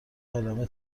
عالمه